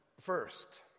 first